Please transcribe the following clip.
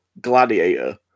gladiator